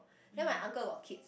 then my uncle a lot of kids